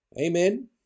Amen